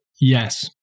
Yes